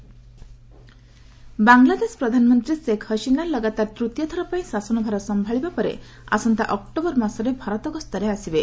Bangladesh PM visit Bangladesh ପ୍ରଧାନମନ୍ତ୍ରୀ ଶେଖ ହସିନା ଲଗାତାର ତୃତୀୟଥର ପାଇଁ ଶାସନଭାର ସମ୍ଭାଳିବା ପରେ ଆସନ୍ତା ଅକ୍ରୋବର ମାସରେ ଭାରତ ଗସ୍ତରେ ଆସିବେ